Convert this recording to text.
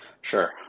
Sure